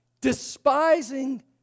despising